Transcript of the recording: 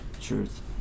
Truth